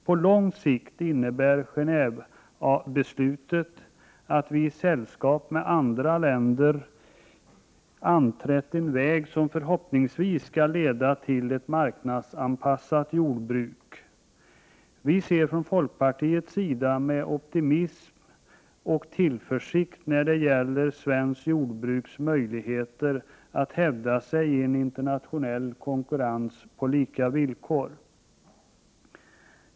På lång sikt innebär Gené&vebeslutet att vi i sällskap med andra länder anträtt en väg, som förhoppningsvis skall leda till ett marknadsanpassat jordbruk. Vi ser från folkpartiets sida med optimism och tillförsikt på svenskt jordbruks möjligheter att hävda sig i internationell konkurrens på lika villkor.